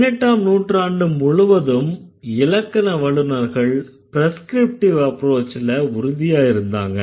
18ஆம் நூற்றாண்டு முழுவதும் இலக்கண வல்லுநர்கள் ப்ரெஸ்க்ரிப்டிவ் அப்ரோச்ல உறுதியா இருந்தாங்க